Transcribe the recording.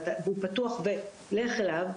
והוא פתוח ולך אליו,